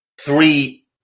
three